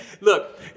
Look